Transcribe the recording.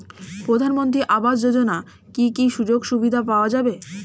প্রধানমন্ত্রী আবাস যোজনা কি কি সুযোগ সুবিধা পাওয়া যাবে?